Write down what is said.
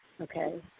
Okay